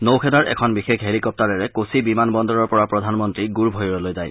নৌ সেনাৰ এখন বিশেষ হেলিকপ্টাৰেৰে কোছি বিমান বন্দৰৰ পৰা প্ৰধানমন্ত্ৰী গুৰুভয়ুৰলৈ যায়